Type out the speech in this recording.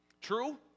True